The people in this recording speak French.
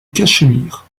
cachemire